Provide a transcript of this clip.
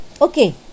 Okay